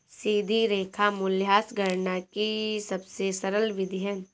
सीधी रेखा मूल्यह्रास गणना की सबसे सरल विधि है